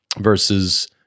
versus